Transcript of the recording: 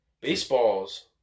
Baseballs